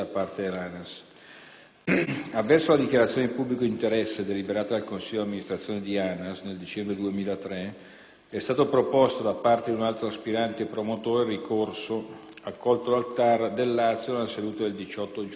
Avverso la dichiarazione di pubblico interesse deliberata dal consiglio di amministrazione di ANAS nel dicembre 2003 è stato proposto, da parte di un altro aspirante promotore, ricorso, accolto dal TAR del Lazio nella seduta del 18 giugno 2008.